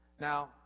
Now